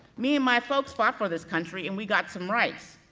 me and my folks fought for this country and we got some rights.